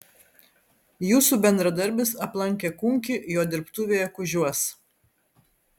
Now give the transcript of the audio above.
jūsų bendradarbis aplankė kunkį jo dirbtuvėje kužiuos